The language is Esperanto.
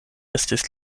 estis